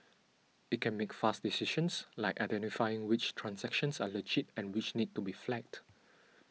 it can make fast decisions like identifying which transactions are legit and which need to be flagged